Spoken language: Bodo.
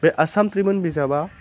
बे आसाम ट्रिबुन बिजाबा